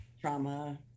trauma